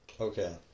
okay